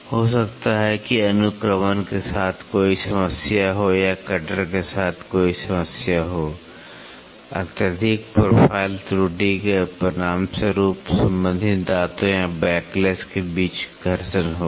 हो सकता है कि अनुक्रमण के साथ कोई समस्या हो या कटर के साथ कोई समस्या हो अत्यधिक प्रोफ़ाइल त्रुटि के परिणामस्वरूप संबंधित दांतों या बैकलैश के बीच घर्षण होगा